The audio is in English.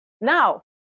Now